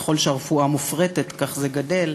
וככל שהרפואה מופרטת כך זה גדל,